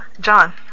John